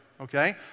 okay